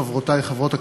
חברותי חברות הכנסת,